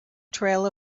trail